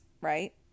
right